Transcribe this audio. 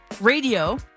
radio